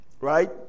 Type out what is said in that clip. right